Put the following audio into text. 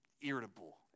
irritable